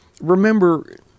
Remember